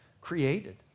created